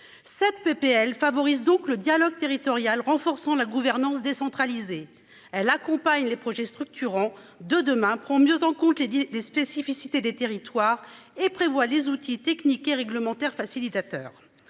Cette PPL favorise donc le dialogue territorial renforçant la gouvernance décentralisée, elle accompagne les projets structurants de demain prend mieux en compte les des spécificités des territoires et prévoit les outils techniques et réglementaires facilitateurs